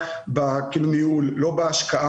אם הוא שמח, גם אני שמח.